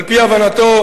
על-פי הבנתו,